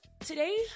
Today